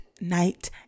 night